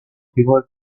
before